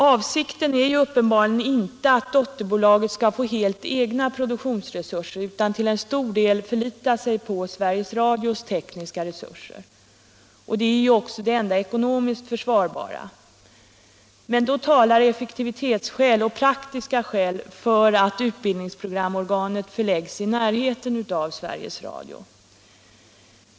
Avsikten är uppenbarligen inte att dotterbolaget skall få helt egna produktionsresurser utan att det till stor del skall förlita sig på Sveriges Radios tekniska resurser m.m. Och det är ju också det enda ekonomiskt försvarbara. Men då talar effektivitetsskäl och praktiska skäl för att utbildningsprogramorganet förläggs i närheten av Sveriges Radio.